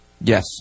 Yes